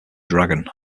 dragon